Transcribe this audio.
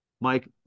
Mike